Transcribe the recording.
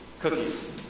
cookies